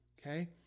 okay